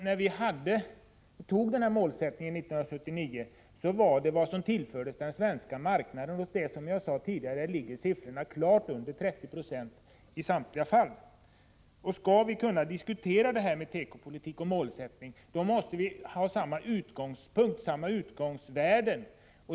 När vi satte upp målet år 1979 var den inhemska andelen av det som tillfördes den svenska marknaden, som jag sade redan tidigare, klart under 30 96 i samtliga fall. Skall vi kunna diskutera tekopolitikens målsättning måste vi ha samma utgångsvärden.